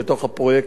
לתוך הפרויקט.